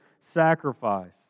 sacrifice